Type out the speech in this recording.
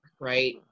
right